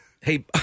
Hey